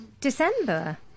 december